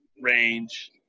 range